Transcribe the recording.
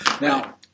now